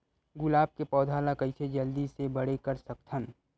गुलाब के पौधा ल कइसे जल्दी से बड़े कर सकथन?